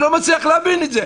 אני לא מצליח להבין את זה.